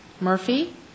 Murphy